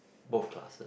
both classes